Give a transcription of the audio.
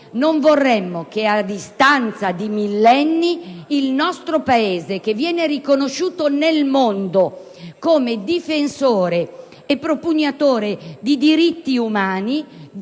Non vorremmo che a distanza di millenni il nostro Paese, riconosciuto nel mondo come difensore e propugnatore dei diritti umani,